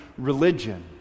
religion